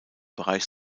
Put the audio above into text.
bereich